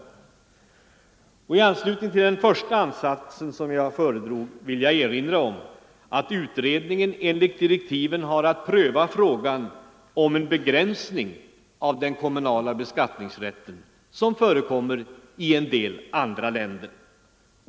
I anslutning till den första att-satsen vill jag erinra om att utredningen enligt direktiven har att pröva frågan om en begränsning av den kommunala beskattningsrätten, vilket ju förekommer i en del andra länder.